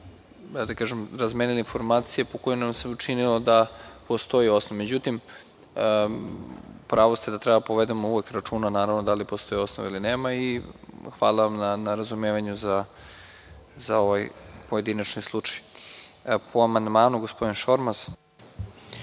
i ja, razmenili smo informacije po kojima nam se učinilo da postoji osnov. Međutim, u pravu ste da treba da povedemo uvek računa da li postoji osnov ili nema. Hvala vam na razumevanju za ovaj pojedinačni slučaj. Po amandmanu, gospodin Šormaz.